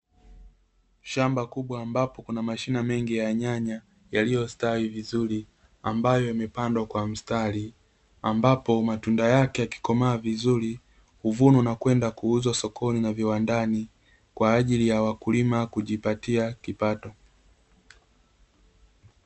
Shamba kubwa ambapo kuna mashina mengi ya nyanya yaliyostawi vizuri ambayo yamepandwa kwa mstari. Ambapo matunda yake yakikomaa vizuri huvunwa na kwenda kuuzwa sokoni na viwandani, kwa ajili ya wakulima kujipatia kipato.